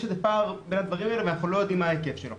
יש פער בין הדברים ואנחנו לא יודעים מה ההיקף שלו.